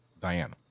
Diana